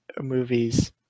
movies